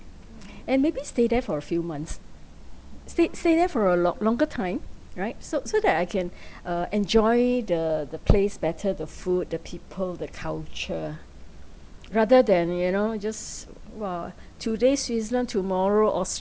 and maybe stay there for a few months stay stay there for a lo~longer time right so so that I can uh enjoy the the place better the food the people the culture rather than you know just !wah! today switzerland tomorrow austria